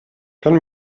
kann